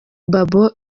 babo